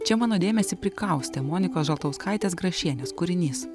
čia mano dėmesį prikaustė monikos žaltauskaitės grašienės kūrinys